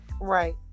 right